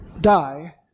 die